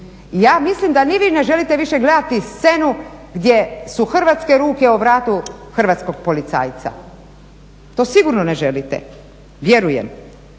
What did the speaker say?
Ja mislim da ni vi ne želite više gledati scenu gdje su hrvatske ruke o vratu hrvatskog policajca. To sigurno ne želite, vjerujem.